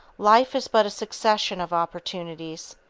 life is but a succession of opportunities.